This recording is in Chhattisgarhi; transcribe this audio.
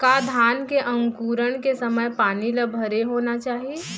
का धान के अंकुरण के समय पानी ल भरे होना चाही?